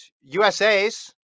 USA's